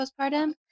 postpartum